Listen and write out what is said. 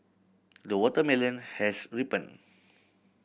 the watermelon has ripened